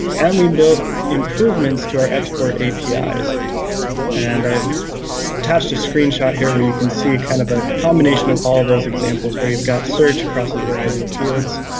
and we built improvements to our export apis. and i've attached a screenshot here where you can see kind of a combination of all those examples, where you've got search across a variety of fields,